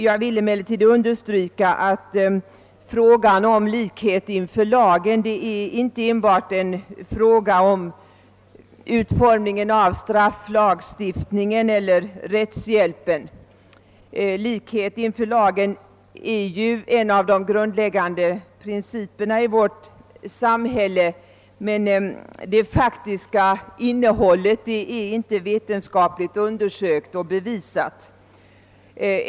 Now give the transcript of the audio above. Jag vill emellertid understryka att likheten inför lagen inte enbart är en fråga om utformningen av strafflagstiftningen eller rättshjälpen. Likhet inför lagen är ju en av de grundläggande principerna för vårt samhälle, men dess faktiska tillämpning är inte vetenskapligt undersökt och bevisad.